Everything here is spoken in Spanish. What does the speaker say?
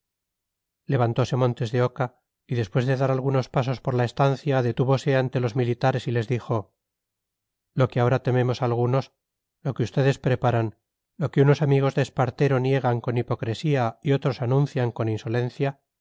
levantose montes de oca y después de dar algunos pasos por la estancia detúvose ante los militares y les dijo lo que ahora tememos algunos lo que ustedes preparan lo que unos amigos de espartero niegan con hipocresía y otros anuncian con insolencia